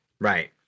right